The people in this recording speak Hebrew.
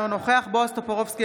אינו נוכח בועז טופורובסקי,